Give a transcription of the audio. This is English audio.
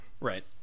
Right